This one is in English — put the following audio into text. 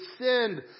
sinned